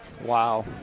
Wow